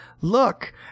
look